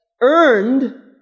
earned